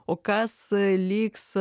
o kas liks